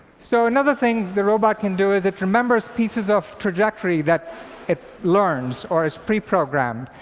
so another thing the robot can do is it remembers pieces of trajectory that it learns or is pre-programmed.